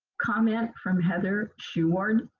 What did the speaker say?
comment from heather sheward.